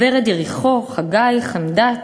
ורד-יריחו, חגי, חמדת,